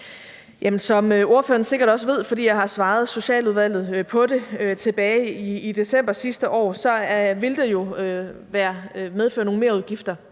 Som ordføreren sikkert også ved, fordi jeg har svaret Socialudvalget på det tilbage i december sidste år, vil det jo medføre nogle merudgifter,